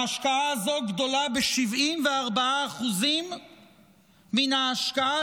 ההשקעה הזאת גדולה ב-74% מן ההשקעה